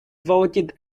voted